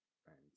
friends